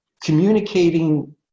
communicating